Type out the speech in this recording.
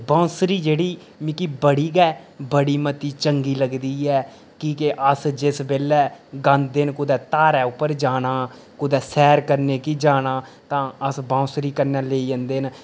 बांसुरी जेह्ड़ी बड़ी गै बड़ी मती चंगी लगदी ऐ कि केह् अस जिस बेल्लै गांदे न कुतै धारें उप्पर जाना कुतै सैर करने गी जाना तां अस बांसुरी कन्नै लेई जंदे न ते